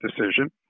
decision